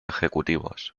ejecutivos